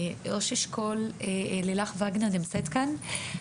לילך וגנר נמצאת כאן,